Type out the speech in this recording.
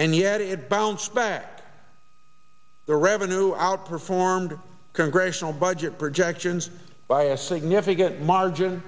and yet it bounced back the revenue outperformed congressional budget projections by a significant margin